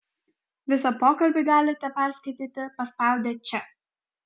visą pokalbį galite perskaityti paspaudę čia